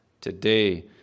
Today